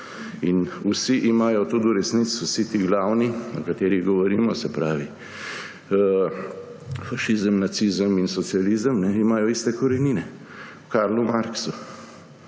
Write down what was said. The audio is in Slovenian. Vsi imajo tudi v resnici, vsi ti glavni, o katerih govorimo, se pravi fašizem, nacizem in socializem, iste korenine – v Karlu Marxu.